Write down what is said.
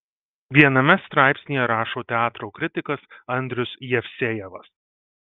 viename straipsnyje rašo teatro kritikas andrius jevsejevas